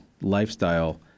lifestyle